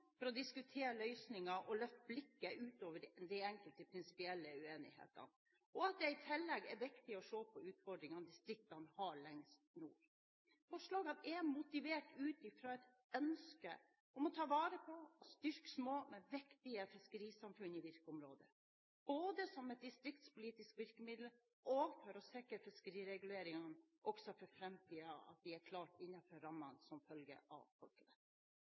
for å diskutere løsninger og løfte blikket utover de enkelte prinsipielle uenighetene, og at det i tillegg er viktig å se på utfordringene distriktene har lengst i nord. Forslagene er motivert ut fra et ønske om å ta vare på og styrke små, men viktige fiskerisamfunn i virkeområdet, både som et distriktspolitisk virkemiddel og for å sikre at fiskereguleringene også for framtiden er klart innenfor rammene som følger av